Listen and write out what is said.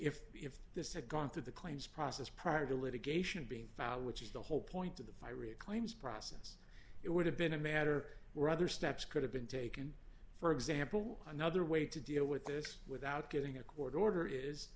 if if this had gone through the claims process prior to litigation being filed which is the whole point of the fire it claims process it would have been a matter were other steps could have been taken for example another way to deal with this without getting a court order is